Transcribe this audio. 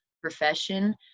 profession